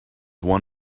one